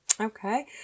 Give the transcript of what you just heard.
Okay